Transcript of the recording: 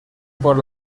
por